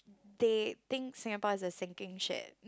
they think Singapore is a sinking ship